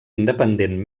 independent